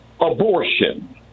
abortion